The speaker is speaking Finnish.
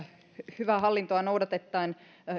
hyvää hallintoa noudattaen